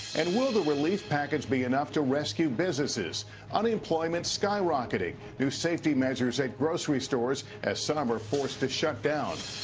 and will the relief package be enough to rescue businesses unemployment skyrocketing new safety measures at grocery stores, as some are forced to shut down.